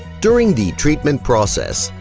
during the treatment process,